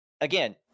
Again